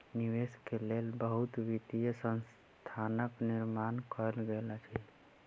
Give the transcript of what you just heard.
निवेश के लेल बहुत वित्तीय संस्थानक निर्माण कयल गेल अछि